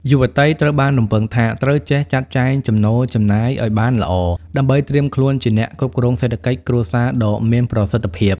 យុវតីត្រូវបានរំពឹងថា ត្រូវចេះ "ចាត់ចែងចំណូលចំណាយ" ឱ្យបានល្អ ដើម្បីត្រៀមខ្លួនជាអ្នកគ្រប់គ្រងសេដ្ឋកិច្ចគ្រួសារដ៏មានប្រសិទ្ធភាព។